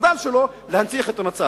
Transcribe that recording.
והמחדל שלו, להנציח את המצב.